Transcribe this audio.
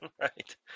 right